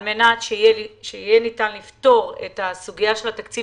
על מנת שיהיה ניתן לפתור את הסוגיה של התקציב